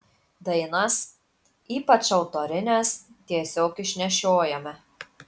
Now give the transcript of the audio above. dainas ypač autorines tiesiog išnešiojame